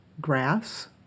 grass